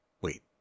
Wait